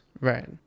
Right